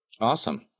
Awesome